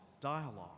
dialogue